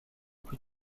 plus